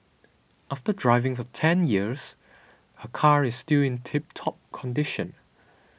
after driving for ten years her car is still in tip top condition